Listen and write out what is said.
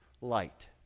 light